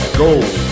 gold